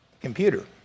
computer